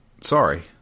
Sorry